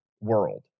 world